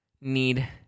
need